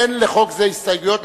אין לחוק זה הסתייגויות,